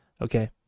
Okay